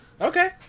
Okay